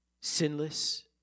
sinless